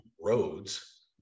roads